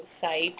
site